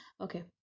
Okay